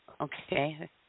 Okay